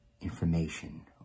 information